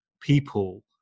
people